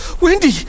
Wendy